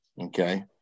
okay